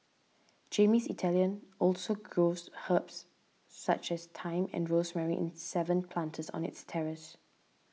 Jamie's Italian also grows herbs such as thyme and rosemary in seven planters on its terrace